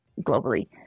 globally